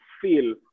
feel